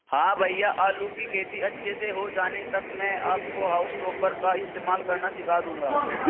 हां भैया आलू की खेती अच्छे से हो जाने तक मैं आपको हाउल टॉपर का इस्तेमाल करना सिखा दूंगा